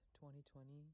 2020